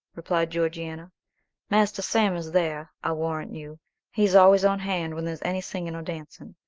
replied georgiana master sam is there, i'll warrant you he's always on hand when there's any singing or dancing.